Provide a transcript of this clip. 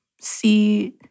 see